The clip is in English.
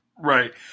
Right